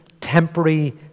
temporary